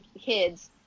kids